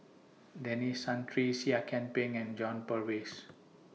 Denis Santry Seah Kian Peng and John Purvis